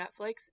Netflix